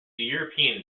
european